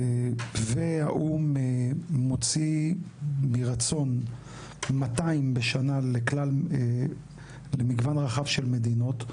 והאו"ם מוציא מרצון 200 בשנה למגוון רחב של מדינות,